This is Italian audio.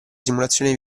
simulazione